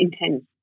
intense